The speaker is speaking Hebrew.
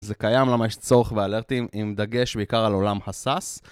זה קיים למה יש צורך באלרטים אם דגש בעיקר על עולם ח-saas